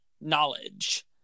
knowledge